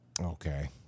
okay